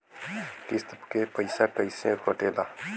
किस्त के पैसा कैसे कटेला?